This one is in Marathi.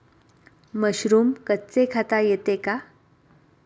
मशरूम कच्चे खाता येते का?